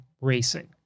racing